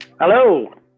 hello